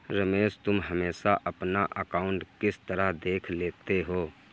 रमेश तुम हमेशा अपना अकांउट किस तरह देख लेते हो?